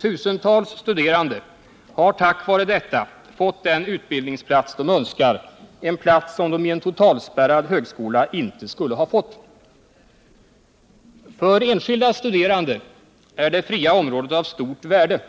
Tusentals studerande har tack vare detta fått den utbildningsplats de önskar; en plats som de i en totalspärrad högskola inte skulle ha fått. För enskilda studerande är det fria området av stort värde.